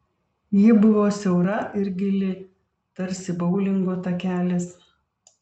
ji buvo siaura ir gili tarsi boulingo takelis